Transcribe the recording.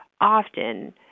often